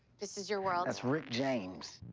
this is your world? that's rick james.